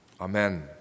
Amen